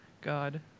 God